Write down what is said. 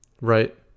Right